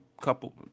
couple